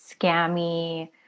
scammy